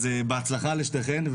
אז בהצלחה לשניכם.